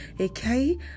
Okay